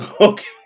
Okay